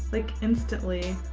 like instantly.